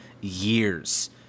years